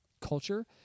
culture